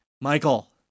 Michael